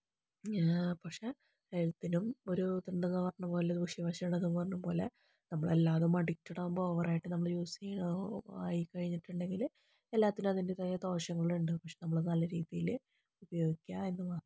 പക്ഷേ എല്ലാത്തിലും ഒരു ഇതുണ്ടെന്ന് പറഞ്ഞ പോലെ ദൂഷ്യ വശം ഉണ്ടെന്ന് പറഞ്ഞ പോലെ നമ്മളെല്ലാവരും അഡിക്റ്റഡ് ആകുമ്പോൾ നമ്മൾ ഓവർ ആയിട്ട് യൂസ് ചെയ്യുമ്പോൾ ആയി കഴിഞ്ഞിട്ടുണ്ടെങ്കിൽ എല്ലാത്തിനും അതിൻ്റെതായ ദോഷങ്ങളുണ്ട് പക്ഷെ നല്ല രീതിയിൽ ഉപയോഗിക്കുക എന്നുമാത്രം